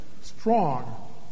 strong